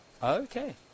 Okay